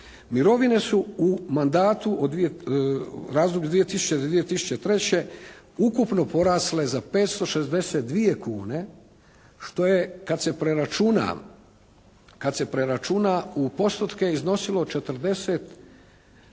Mirovine su u mandatu, u razdoblju od 2000. do 2003. ukupno porasle za 562 kune što je kada se preračuna u postotke iznosilo 49%-tono